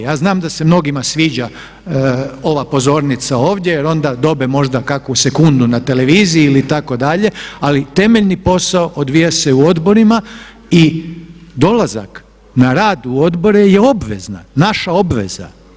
Ja znam da se mnogima sviđa ova pozornica ovdje jer onda dobiju možda kakvu sekundu na televiziji itd. ali temeljni posao odvija se u odborima i dolazak na rad u odbore je obvezatan, naša obveza.